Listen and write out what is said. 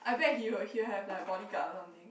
I bet he will he will have like bodyguard or something